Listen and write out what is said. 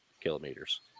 kilometers